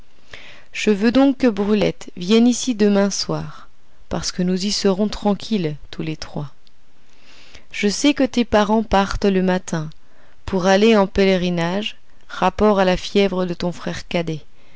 je veux donc que brulette vienne ici demain soir parce que nous y serons tranquilles tous les trois je sais que tes parents partent le matin pour aller en pèlerinage rapport à la fièvre de ton frère cadet